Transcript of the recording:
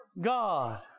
God